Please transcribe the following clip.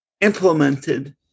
implemented